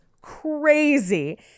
crazy